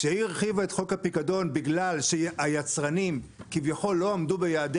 כשהיא הרחיבה את חוק הפיקדון כי היצרנים כביכול לא עמדו ביעדי